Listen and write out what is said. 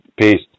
Peace